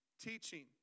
teaching